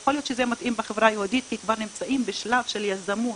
יכול להיות שזה מתאים לחברה היהודית כי כבר נמצאים בשלב של יזמות